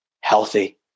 healthy